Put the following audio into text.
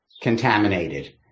Contaminated